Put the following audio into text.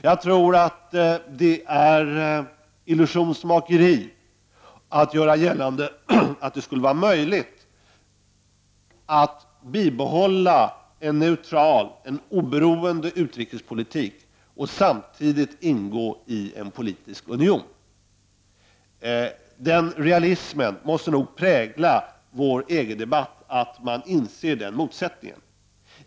Jag tror att det är illusionsmakeri att göra gällande att det skulle vara möjligt att bibehålla en neutral och oberoende utrikespolitik och samtidigt ingå i en politisk union. Den realismen att vi inser denna motsättning måste prägla vår EG-debatt.